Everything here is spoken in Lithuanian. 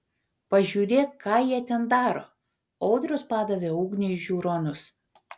pažiūrėk ką jie ten daro audrius padavė ugniui žiūronus